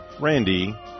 Randy